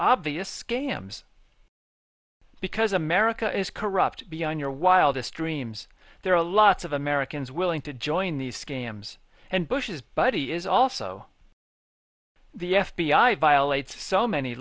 obvious scams because america is corrupt beyond your wildest dreams there are lots of americans willing to join these scams and bush is but he is also the f b i violates so many